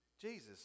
Jesus